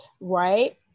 right